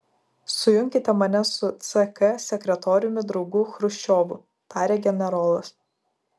sujunkite mane su ck sekretoriumi draugu chruščiovu tarė generolas